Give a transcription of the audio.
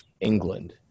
England